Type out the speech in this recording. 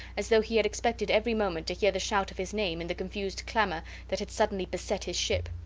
as though he had expected every moment to hear the shout of his name in the confused clamour that had suddenly beset his ship.